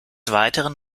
weiteren